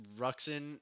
Ruxin